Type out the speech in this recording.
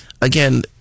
again